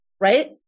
Right